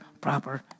proper